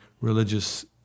religious